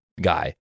guy